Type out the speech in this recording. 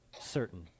certain